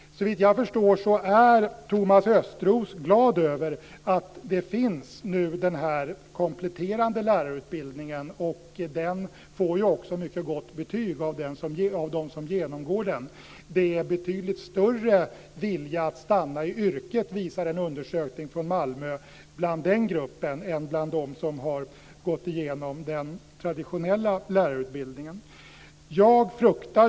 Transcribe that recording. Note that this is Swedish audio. Såvitt jag förstår är Thomas Östros glad över att den här kompletterande lärarutbildningen nu finns. Den får också mycket gott betyg av dem som genomgår den. Det finns betydligt större vilja att stanna i yrket, visar en undersökning från Malmö, inom den gruppen än bland dem som gått igenom den traditionella lärarutbildningen.